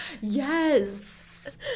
yes